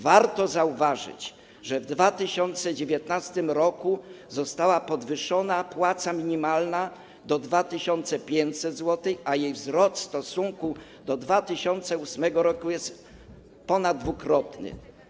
Warto zauważyć, że w 2019 r. została podwyższona płaca minimalna do 2500 zł, a jej wzrost w stosunku do 2008 r. jest ponaddwukrotny.